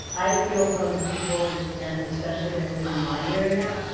i feel from the people, and especially that live in my area,